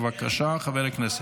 בבקשה, חבר הכנסת.